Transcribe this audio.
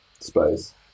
Space